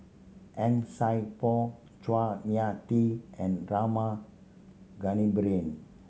Han Sai Por Chua Mia Tee and Rama Kannabiran